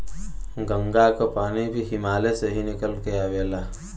गंगा क पानी भी हिमालय से ही निकल के आवेला